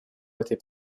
этой